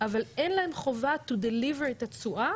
אבל אין להם חובה to deliver את התשואה